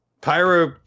Pyro